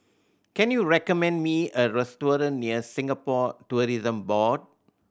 can you recommend me a restaurant near Singapore Tourism Board